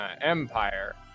empire